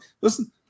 listen